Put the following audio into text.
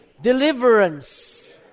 Deliverance